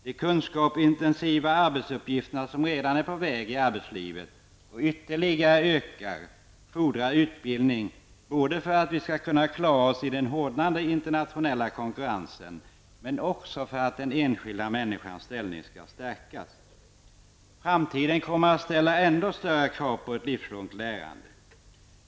De kunskapsintensiva arbetsuppgifterna, som redan har kommit i arbetslivet och ökar ytterligare, fordrar utbildning för att vi skall klara oss i den hårdnande internationella konkurrensen men också för att den enskilda människans ställning skall stärkas. Framtiden kommer att ställa ännu större krav på ett livslångt lärande.